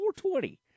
4.20